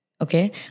Okay